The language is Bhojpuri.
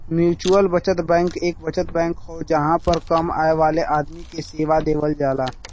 म्युचुअल बचत बैंक एक बचत बैंक हो जहां पर कम आय वाले आदमी के सेवा देवल जाला